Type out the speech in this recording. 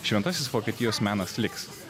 šventasis vokietijos menas liks